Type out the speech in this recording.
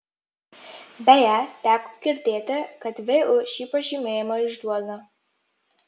beje teko girdėti kad vu šį pažymėjimą išduoda